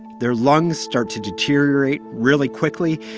their lungs start to deteriorate really quickly,